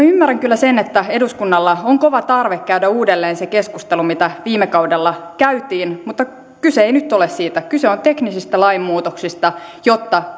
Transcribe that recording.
ymmärrän kyllä sen että eduskunnalla on kova tarve käydä uudelleen se keskustelu mitä viime kaudella käytiin mutta kyse ei nyt ole siitä kyse on teknisistä lainmuutoksista jotta